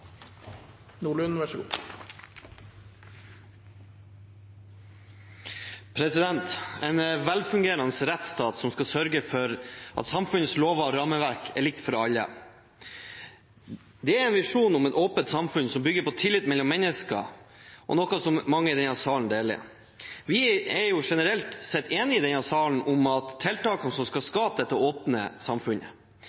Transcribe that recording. En velfungerende rettsstat skal sørge for at samfunnets lover og rammeverk er likt for alle. Vi har en visjon om et åpent samfunn som bygger på tillit mellom mennesker, noe som mange i denne salen deler. Vi er jo generelt sett enige i denne salen om tiltakene som skal